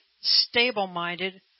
stable-minded